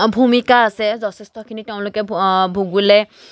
ভূমিকা আছে যথেষ্টখিনি তেওঁলোকে ভূগোলে